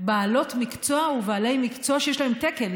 בעלות מקצוע ובעלי מקצוע שיש להם תקן.